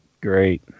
great